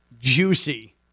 juicy